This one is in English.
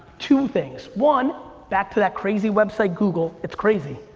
two things. one, back to that crazy website google, it's crazy.